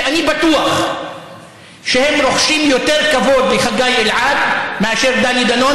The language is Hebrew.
שאני בטוח שהם רוחשים יותר כבוד לחגי אלעד מאשר לדני דנון,